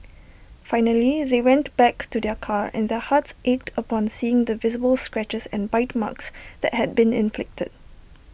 finally they went back to their car and their hearts ached upon seeing the visible scratches and bite marks that had been inflicted